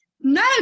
no